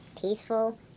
peaceful